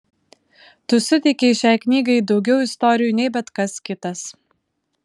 tu suteikei šiai knygai daugiau istorijų nei bet kas kitas